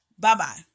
Bye-bye